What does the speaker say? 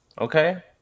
okay